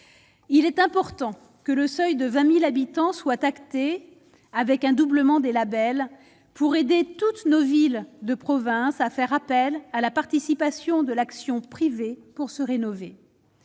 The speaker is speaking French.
il est important que le seuil de 20000 habitants soit acté avec un doublement des labels pour aider toutes nos villes de province, à faire appel à la participation de l'action privée pour se rénover,